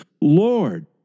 Lord